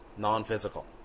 non-physical